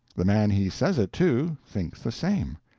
the man he says it to, thinks the same.